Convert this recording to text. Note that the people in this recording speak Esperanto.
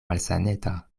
malsaneta